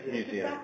museum